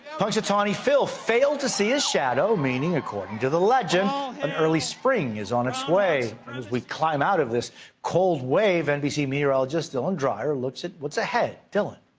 punxsutawney phil failed to see his shadow, meaning according to the legend an early spring is on its way. as we climb out of this cold wave, nbc meteorologist dylan dreyer looks at what's ahead. dylan?